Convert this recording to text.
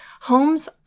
Homes